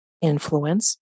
influence